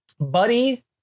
Buddy